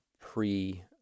pre